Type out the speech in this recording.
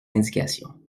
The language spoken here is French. indications